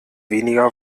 weniger